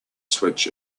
switch